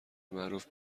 معروف